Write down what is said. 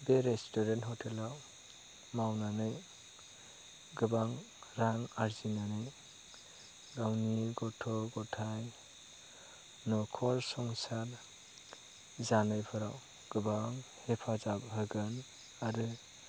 बे रेस्टुरेन्ट हटेलाव मावनानै गोबां रां आरजिनानै गावनि गथ' गथाय न'खर संसार जानायफोराव गोबां हेफाजाब होगोन आरो